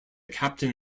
captain